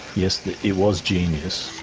yes, it was genius,